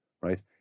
right